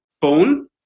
phone